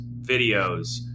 videos